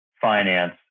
finance